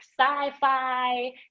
sci-fi